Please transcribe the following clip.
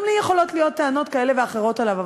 גם לי יכולות להיות טענות כאלה ואחרות עליו,